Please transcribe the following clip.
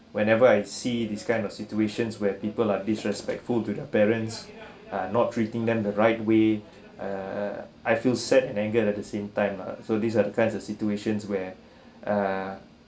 whenever I see these kind of situations where people are disrespectful to their parents are not treating them the right way err I feel sad and anger at the same time lah so these are the kinds of situations where err